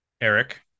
Eric